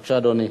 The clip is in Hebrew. בבקשה, אדוני.